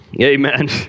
Amen